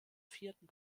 vierten